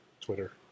Twitter